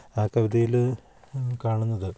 ആ കവിതയിൽ കാണുന്നത്